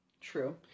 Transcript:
True